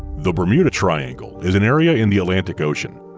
the bermuda triangle is an area in the atlantic ocean.